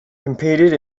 competed